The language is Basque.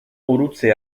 gurutze